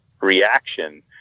reaction